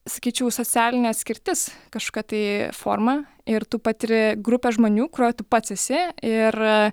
sakyčiau socialinė atskirtis kažkokia tai forma ir tu patiri grupę žmonių kurioj tu pats esi ir